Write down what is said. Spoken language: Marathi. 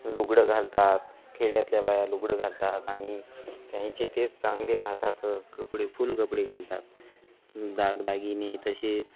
लुगडं घालतात खेड्यातल्या बाया लुगडं घालतात आणि त्यांचे तेच चांगले राहतात कपडे फुल कपडे घालतात दागदागिने तसेच